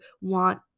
want